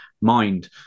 mind